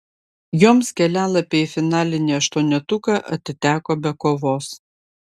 joms kelialapiai į finalinį aštuonetuką atiteko be kovos